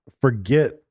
forget